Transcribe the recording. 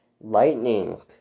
Lightning